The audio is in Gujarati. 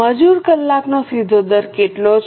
મજૂર કલાકનો સીધો દર કેટલો છે